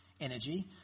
energy